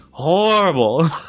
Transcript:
Horrible